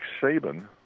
Saban